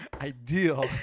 ideal